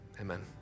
amen